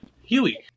Huey